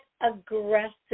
aggressive